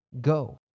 Go